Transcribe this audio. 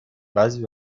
بعضی